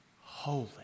holy